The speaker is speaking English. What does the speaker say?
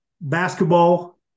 Basketball